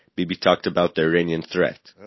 bibi talked about the iranian threat,